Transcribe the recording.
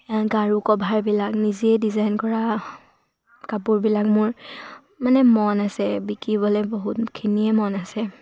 গাৰু কভাৰবিলাক নিজে ডিজাইন কৰা কাপোৰবিলাক মোৰ মানে মন আছে বিকিবলৈ বহুতখিনিয়ে মন আছে